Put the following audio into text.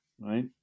right